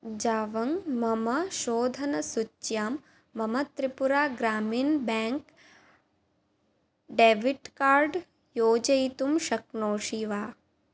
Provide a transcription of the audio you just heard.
जाबङ्ग् मम शोधनसूच्यां मम Tripura Gramin bank debit card योजयितुं शक्नोषि वा